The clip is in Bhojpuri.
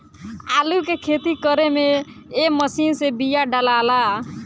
आलू के खेती करे में ए मशीन से बिया डालाला